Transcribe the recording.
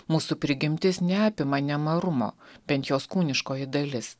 mūsų prigimtis neapima nemarumo bent jos kūniškoji dalis